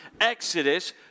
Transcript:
Exodus